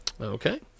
Okay